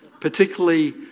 particularly